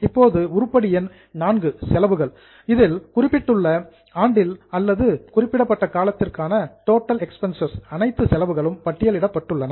இப்போது உருப்படி எண் IV செலவுகள் இதில் குறிப்பிட்ட ஆண்டில் அல்லது குறிப்பிட்ட காலத்திற்கான டோட்டல் எக்ஸ்பென்ஸ்சஸ் அனைத்து செலவுகளும் பட்டியலிடப்பட்டுள்ளன